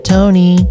Tony